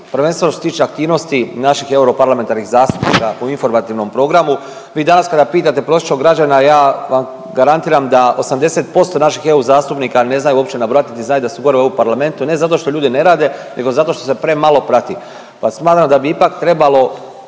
prvenstveno što se tiče aktivnosti naših europarlamentarnih zastupnika u informativnom programu. Vi danas kada pitate prosječnog građana ja vam garantiram da 80% naših eurozastupnika ne znaju uopće nabrojati i nit znaju da su gore u EU parlamentu. Ne zato što ljudi ne rade, nego zato što se premalo prati, pa smatram da bi ipak trebalo